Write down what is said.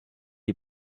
die